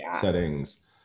settings